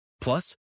Plus